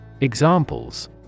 Examples